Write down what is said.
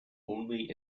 only